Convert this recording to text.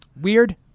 weird